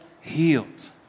healed